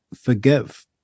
forgive